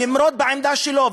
למרוד בעמדה שלו,